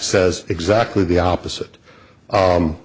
says exactly the opposite